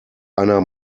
einer